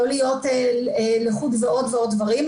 לא להיות לחוד ועוד ועוד דברים.